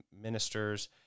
ministers